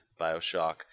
Bioshock